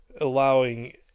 allowing